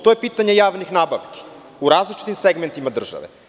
To je pitanje javnih nabavki u različitim segmentima države.